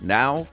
now